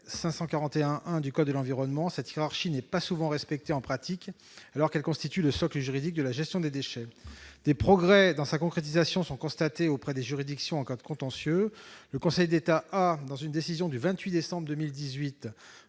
du code de l'environnement, cette hiérarchie n'est pas souvent respectée en pratique, alors qu'elle constitue le socle juridique de la gestion des déchets. Des progrès dans sa concrétisation sont constatés auprès des juridictions en cas de contentieux : dans une décision du 28 décembre 2018,